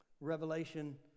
Revelation